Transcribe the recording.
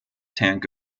tank